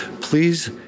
Please